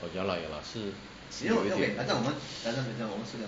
ya lah ya lah 是是有一点